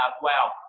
Wow